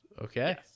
Okay